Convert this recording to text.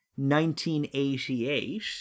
1988